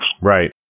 Right